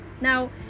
Now